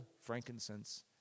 frankincense